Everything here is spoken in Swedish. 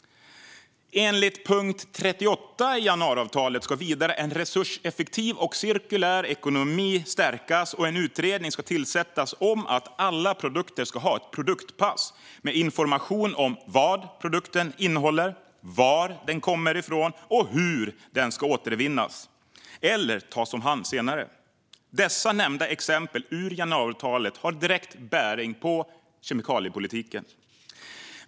Enligt punkt 38 i januariavtalet ska vidare en resurseffektiv och cirkulär ekonomi stärkas, och en utredning ska tillsättas om att alla produkter ska ha ett produktpass med information om vad produkten innehåller, var den kommer från och hur den ska återvinnas eller tas om hand senare. Dessa nämnda exempel ur januariavtalet har direkt bäring på kemikaliepolitiken.